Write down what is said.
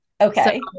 Okay